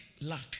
Luck